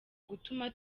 kuguma